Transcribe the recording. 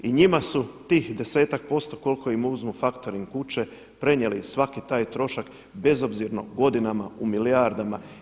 I njima su tih 10-ak% koliko im uzmu faktoring kuće prenijeli svaki taj trošak bezobzirno godinama u milijardama.